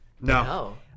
no